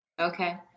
Okay